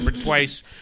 twice